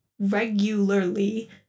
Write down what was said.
regularly